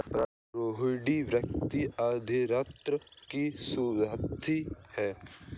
रोहिणी वित्तीय अर्थशास्त्र की शोधार्थी है